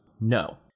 no